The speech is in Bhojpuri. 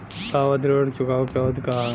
सावधि ऋण चुकावे के अवधि का ह?